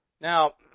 Now